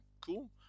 cool